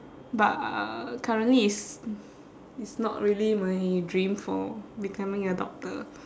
but uh currently it's it's not really my dream for becoming a doctor